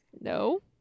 no